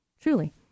Truly